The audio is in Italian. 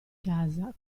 casa